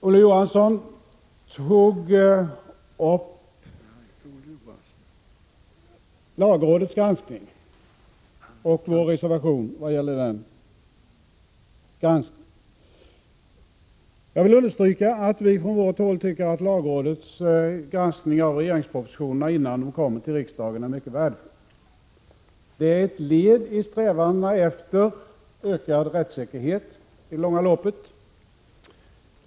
Olle Svensson tog upp lagrådets granskning och vår reservation vad gäller granskningen. Jag vill understryka att vi från vårt håll tycker att lagrådets granskning av regeringens propositioner innan de kommer till riksdagen är mycket värdefull. Det är ett led i strävandena efter ökad rättssäkerhet i det långa loppet.